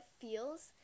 feels